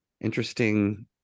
interesting